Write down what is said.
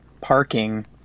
parking